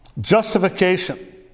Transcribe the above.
Justification